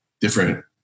different